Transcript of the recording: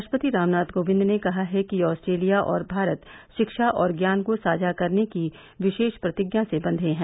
राष्ट्रपति रामनाथ कोविंद ने कहा है कि ऑस्ट्रेलिया और भारत रिक्षा और ज्ञान को साज्ञा करने की विशेष प्रतिज्ञा से बंबे हैं